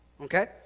okay